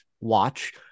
watch